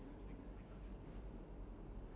maybe next time ah if I'm not working